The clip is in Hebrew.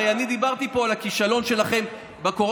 הרי אני דיברתי פה על הכישלון שלכם בקורונה.